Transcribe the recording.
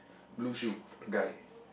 blue shoe for the guy